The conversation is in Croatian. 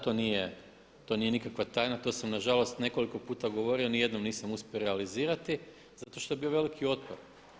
To nije nikakva tajna, to sam nažalost nekoliko puta govorio nijednom nisam uspio realizirati, zato što je bio veliki otpor.